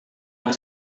yang